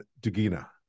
Dugina